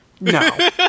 No